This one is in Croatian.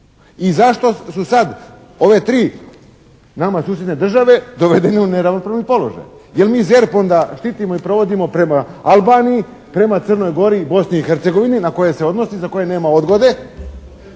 I zašto su sada ove tri nama susjedne države dovedene u neravnopravan položaj. Jer mi ZERP onda štitimo i provodimo prema Albaniji, prema Crnoj Gori i Bosni i Hercegovini na koje se odnosi, za koje nema odgode